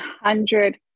hundred